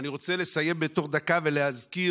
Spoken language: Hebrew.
אני רוצה לסיים, בתוך דקה, ולהזכיר